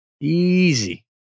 easy